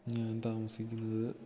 ഞാൻ താമസിക്കുന്നത്